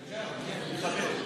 אני מכבד.